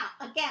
again